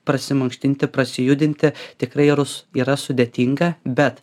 prasimankštinti prasijudinti tikrai rus yra sudėtinga bet